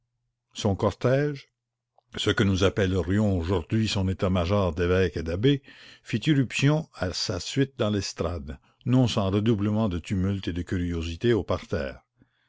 son cortège ce que nous appellerions aujourd'hui son état-major d'évêques et d'abbés fit irruption à sa suite dans l'estrade non sans redoublement de tumulte et de curiosité au parterre